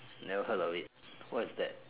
never heard of it what's that